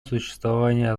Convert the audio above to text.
существование